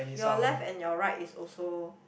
your left and your right is also